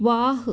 ವಾಹ್